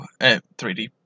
3D